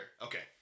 Okay